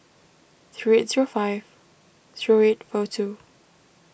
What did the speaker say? three it's your five zero eight four two